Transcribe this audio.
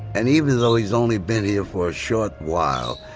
and even though he's only been here for a short while,